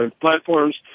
platforms